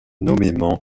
nommément